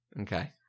okay